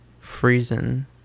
freezing